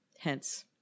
Hence